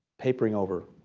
papering over